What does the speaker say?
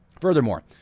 Furthermore